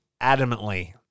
adamantly